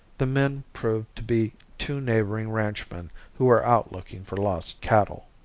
the men proved to be two neighboring ranchmen who were out looking for lost cattle.